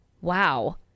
wow